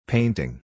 Painting